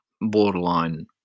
borderline